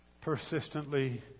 persistently